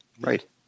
Right